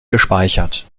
gespeichert